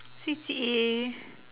C_C_A